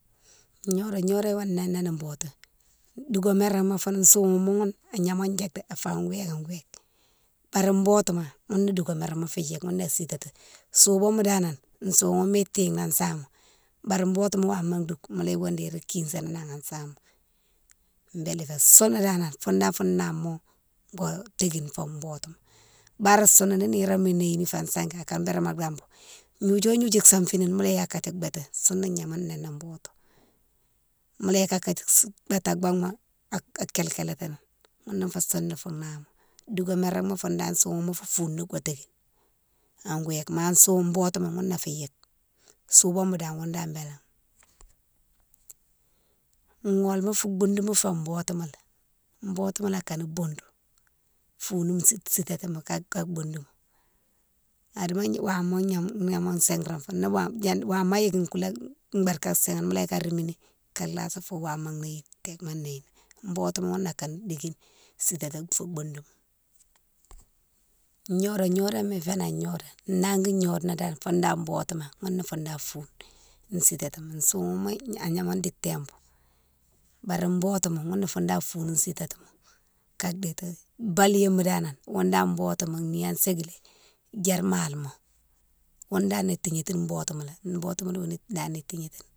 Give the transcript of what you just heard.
Gnodon gnodoma wa noné ni botou, doukamérama founne soughouma ghounne agnama djike, afé wéke an wéke bari botima ghounne doukaméréma fou yike, ghounné sitati, souboma danan, souhouma tigué a sama bari botouma wama douke, mola yike déri ikisséni an sama, sounna danan foune danan fou nama wo tékine fou botou. Bare sounna ni niroma néhine ifa sangui akane birame an dambou, gnodiou gnodiou safini mola yike akadji béti, sounna gnama noné botou, mola yike akne sike béti an baghma, a kélékélétini younné fé sounna fou nama. Dougaméréma founne dane soughouma fou founa wo tékine an wéke, ma soughoune, botima younné fou yike, soubouma dane ghounne dane bélé. Gholma fou boudouma fé botimalé, botima lé ikane boudou, founou site sitatima ka boudoume, adimo wama gnama simra fo, wama yike koulé bade sihine mola yike a rémini kaye lasi fou wama néhine téma a néhine, botoum ghounné a kane dikine sitati fou boudou. Gnodon gnodon ma fénan an gnoda, nangui gnode na dane foune dane botima younné foune dane foune sitatima, soughouma agnama dike tempo bari botima founné foune dane foune sitatima ka déti. Baliyoma dane ghounne dane botouma niha sékile djiére malima, wounne dane tignétini boudouma lé, botouma lé wounne dane tégnétini.